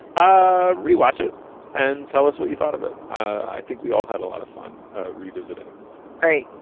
ah read. watch it and tell us what you thought of it. i think we all had a lot of fun revisiting all right.